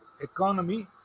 economy